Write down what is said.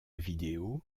vidéo